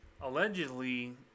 allegedly